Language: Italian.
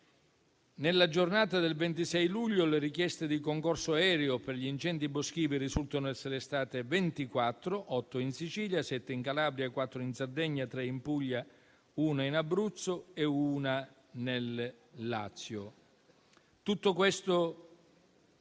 Nella giornata del 26 luglio le richieste di concorso aereo per gli incendi boschivi risultano essere state ventiquattro: otto in Sicilia, sette in Calabria, quattro in Sardegna, tre in Puglia, una in Abruzzo e una nel Lazio.